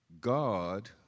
God